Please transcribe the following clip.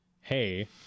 Hey